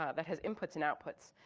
ah that has inputs and outputs.